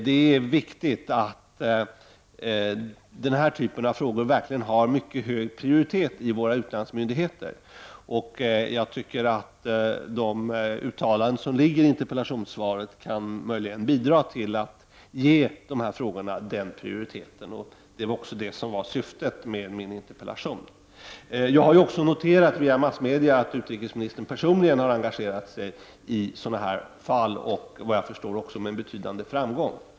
Det är viktigt att den här typen av frågor verkligen har mycket hög prioritet hos våra utlandsmyndigheter. Jag tycker att de uttalanden som görs i interpellationssvaret möjligen kan bidra till att ge dessa frågor den prioriteten. Det var också det som var syftet med min interpellation. Jag har också noterat i massmedia att utrikesministern personligen har engagerat sig i sådana här fall och, vad jag förstår, också med betydande framgång.